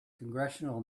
congressional